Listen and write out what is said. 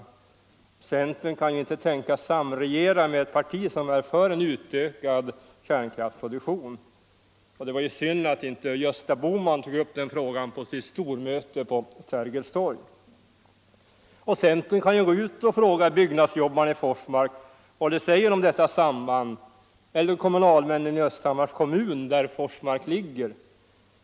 Centern kan ju inte tänkas samregera med ett parti som är för en utökad kärnkraftsproduktion. Det var ju synd att inte Gösta Bohman tog upp den frågan på sitt stormöte på Sergels torg. Centern kan ju gå ut och fråga byggnadsjobbarna i Forsmark vad de säger om detta samband eller fråga kommunalmännen i Östhammars kommun där Forsmark ligger.